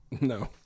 No